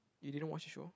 you didn't watch the show